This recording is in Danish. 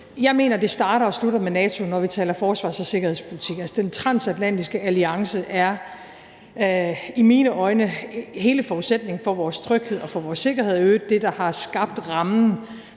Jeg mener, at det starter og slutter med NATO, når vi taler forsvars- og sikkerhedspolitik. Altså, den transatlantiske alliance er i mine øjne hele forudsætningen for vores tryghed og for vores sikkerhed og i øvrigt det, der har skabt rammen